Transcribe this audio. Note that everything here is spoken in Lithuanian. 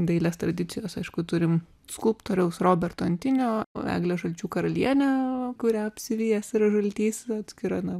dailės tradicijos aišku turim skulptoriaus roberto antinio eglę žalčių karalienę kurią apsivijęs yra žaltys ir atskira na